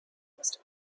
must